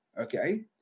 Okay